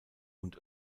und